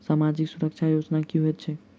सामाजिक सुरक्षा योजना की होइत छैक?